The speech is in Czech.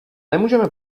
nemůžeme